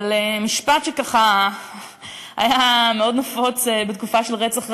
אבל משפט שככה היה מאוד נפוץ בתקופה של רצח רבין,